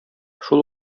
шул